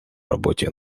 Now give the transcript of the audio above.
работе